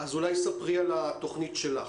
אז אולי תספרי על התוכנית שלך.